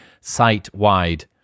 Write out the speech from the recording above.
site-wide